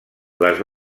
les